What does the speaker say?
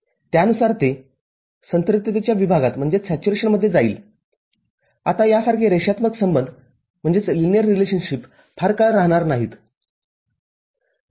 त्यानंतर ते संपृक्ततेच्या विभागात जाईल आता यासारखे रेषात्मक संबंध फारकाळ राहणार नाहीत